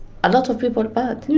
a lot of people bad.